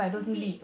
新币